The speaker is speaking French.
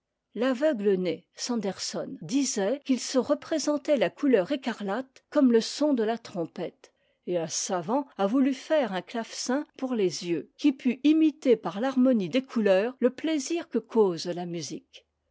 sanderson disait qu'il se représentait la couleur écarlate comme le son de la trompette et un savant a voulu faire un clavecin pour les yeux qui pût imiter par l'harmonie des couleurs le plaisir que cause la musique